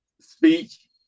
speech